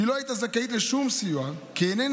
שלא הייתה זכאית לשום סיוע כי היא איננה